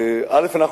אדוני ראש הממשלה,